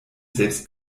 selbst